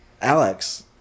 Alex